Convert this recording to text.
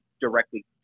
directly